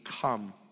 come